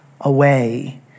away